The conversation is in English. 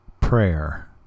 Prayer